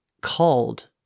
called